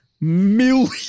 million